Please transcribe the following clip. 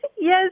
yes